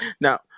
Now